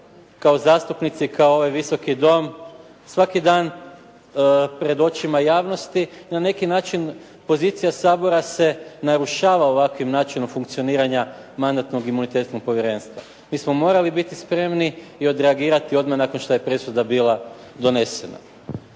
kao zastupnici, kao ovaj Visoki dom svaki dan pred očima javnosti, na neki način pozicija Sabora se narušava ovakvim načinom funkcioniranja Mandatno-imunitetnog povjerenstva. Mi smo morali biti spremni i odreagirati odmah nakon što je presuda bila donesena.